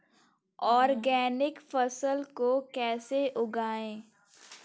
Organic फसल को कैसे उगाएँ?